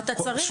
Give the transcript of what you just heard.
אתה צריך.